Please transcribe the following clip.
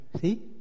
See